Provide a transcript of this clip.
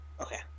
Okay